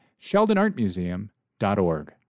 sheldonartmuseum.org